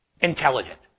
intelligent